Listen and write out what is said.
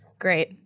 Great